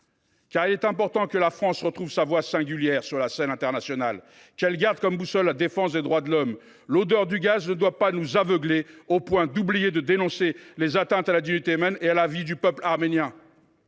le ministre. Pour que la France retrouve sa voix singulière sur la scène internationale, il est important qu’elle garde comme boussole la défense des droits de l’homme. L’odeur du gaz ne doit pas nous aveugler au point d’oublier de dénoncer les atteintes à la dignité humaine et à la vie du peuple arménien.